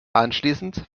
anschließend